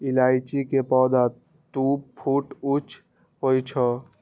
इलायची के पौधा दू फुट ऊंच होइ छै